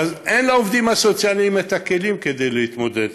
ואז, אין לעובדים הסוציאליים הכלים להתמודד